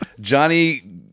Johnny